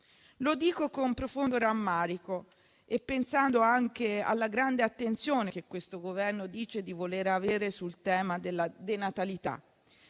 Lo dico con profondo rammarico e pensando anche alla grande attenzione che questo Governo dice di voler avere sul tema della denatalità: